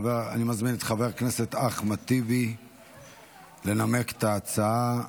אני מזמין את חבר הכנסת אחמד טיבי לנמק את ההצעה.